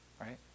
Right